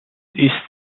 ist